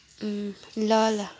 ल ल